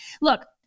look